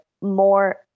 more